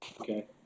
Okay